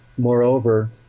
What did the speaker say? Moreover